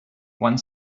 one